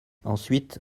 ensuite